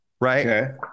right